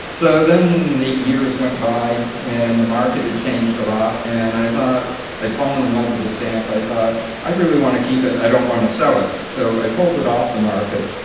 so then eight years went by and the market had changed alot um and i thought i'd fallen in love with the stamp. i thought i really want to keep it. i don't want to sell it. so, i pulled it off the market.